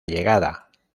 llegada